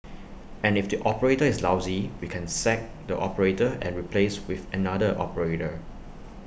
and if the operator is lousy we can sack the operator and replace with another operator